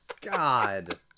God